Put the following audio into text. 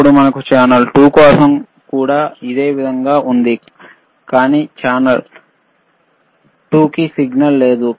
అప్పుడు మనకు ఛానల్ 2 కోసం కూడా అదే విధంగా ఉంది కానీ ఇప్పుడు ఛానల్ 2 కి సిగ్నల్ లేదు